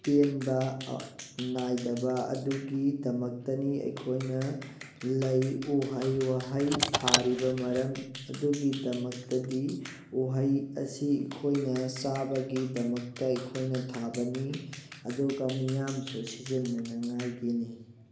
ꯄꯦꯟꯕ ꯅꯥꯏꯗꯕ ꯑꯗꯨꯒꯤꯗꯃꯛꯇꯅꯤ ꯑꯩꯈꯣꯏꯅ ꯂꯩ ꯎꯍꯩ ꯋꯥꯍꯩ ꯊꯥꯔꯤꯕ ꯃꯔꯝ ꯑꯗꯨꯒꯤꯗꯃꯛꯇꯗꯤ ꯎꯍꯩ ꯑꯁꯤ ꯑꯩꯈꯣꯏꯅ ꯆꯥꯕꯒꯤꯗꯃꯛꯇ ꯑꯩꯈꯣꯏꯅ ꯊꯥꯕꯅꯤ ꯑꯗꯨꯒ ꯃꯤꯌꯥꯝꯁꯨ ꯁꯤꯖꯤꯟꯅꯅꯉꯥꯏꯒꯤꯅꯤ